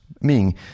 Meaning